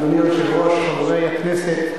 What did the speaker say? אדוני היושב-ראש, חברי הכנסת,